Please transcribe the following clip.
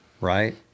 right